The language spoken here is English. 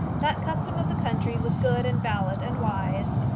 that custom of the country was good and valid, and wise.